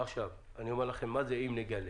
עכשיו, אומר לכם מה זה "אם נגלה".